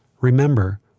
Remember